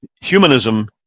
humanism